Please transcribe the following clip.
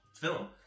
film